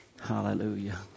Hallelujah